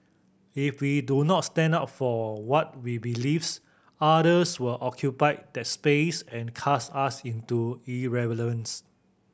if we do not stand up for what we believes others will occupy that space and cast us into irrelevance